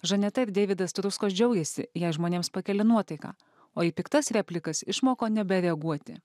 žaneta ir deividas struckos džiaugiasi jei žmonėms pakelia nuotaiką o į piktas replikas išmoko nebereaguoti